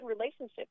relationship